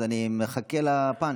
אז אני מחכה לפאנץ'.